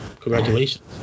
congratulations